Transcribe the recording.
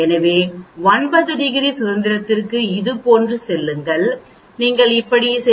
எனவே 9 டிகிரி சுதந்திரத்திற்கு இதுபோன்று செல்லுங்கள் நீங்கள் இப்படி சென்று 0